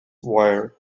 wire